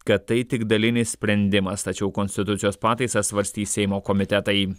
kad tai tik dalinis sprendimas tačiau konstitucijos pataisas svarstys seimo komitetai